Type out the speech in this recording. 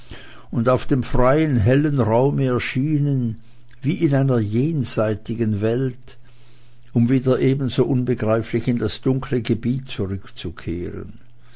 und auf dem freien hellen raume erschienen wie in einer jenseitigen welt um wieder ebenso unbegreiflich in das dunkle gebiet zurückzutauchen